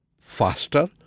faster